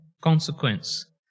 consequence